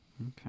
Okay